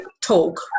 talk